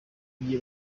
iyi